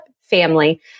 family